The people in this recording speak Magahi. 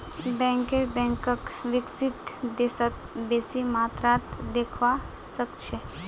बैंकर बैंकक विकसित देशत बेसी मात्रात देखवा सके छै